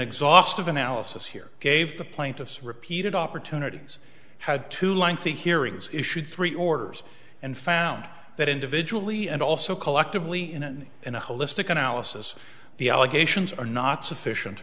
exhaustive analysis here gave the plaintiff's repeated opportunities had two lengthy hearings issued three orders and found that individually and also collectively in an in a holistic analysis the allegations are not sufficient